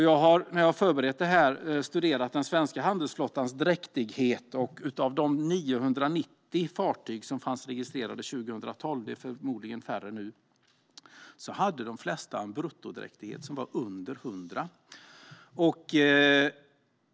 Jag har när jag har förberett det här studerat den svenska handelsflottans dräktighet, och av de 990 fartyg som fanns registrerade 2012 - det är förmodligen färre nu - hade de flesta en bruttodräktighet under 100.